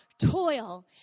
toil